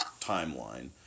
timeline